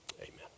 Amen